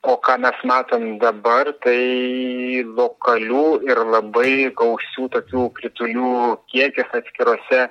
o ką mes matom dabar tai lokalių ir labai gausių tokių kritulių kiekis atskiruose